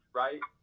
right